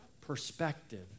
perspective